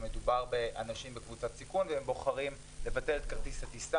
ומדובר באנשים בקבוצת סיכון והם בוחרים לבטל את כרטיס הטיסה